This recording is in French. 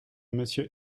monsieur